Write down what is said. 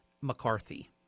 McCarthy